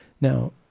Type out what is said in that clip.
Now